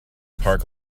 park